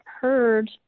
heard